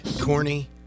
Corny